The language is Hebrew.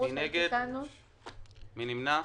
מי נמנע?